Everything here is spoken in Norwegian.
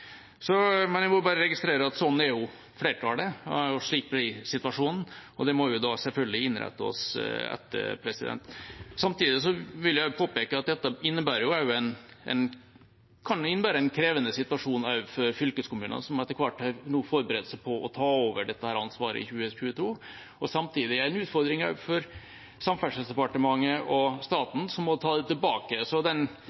Men jeg må bare registrere at sånn er flertallet, slik blir situasjonen, og det må vi selvfølgelig innrette oss etter. Samtidig vil jeg påpeke at dette kan innebære en krevende situasjon for fylkeskommunene som etter hvert nå har forberedt seg på å ta over dette ansvaret i 2022, og samtidig en utfordring for Samferdselsdepartementet og staten, som må ta det tilbake. Så den